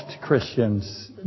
Christians